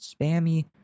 spammy